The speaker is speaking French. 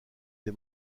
des